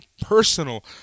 personal